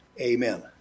Amen